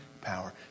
power